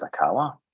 Sakawa